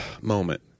moment